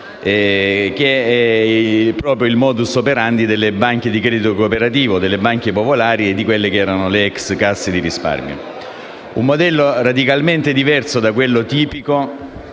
che è proprio il *modus operandi* delle banche di credito cooperativo, delle banche popolari e delle allora casse di risparmio. Si tratta di un modello radicalmente diverso da quello tipico